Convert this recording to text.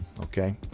okay